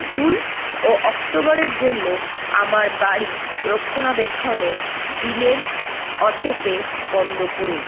June ও অক্টোবরের জন্য আমার বাড়ি রক্ষণাবেক্ষণের বিলের অটো পে বন্ধ করুন